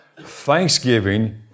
Thanksgiving